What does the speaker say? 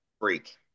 freak